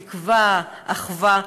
תקווה ואחווה,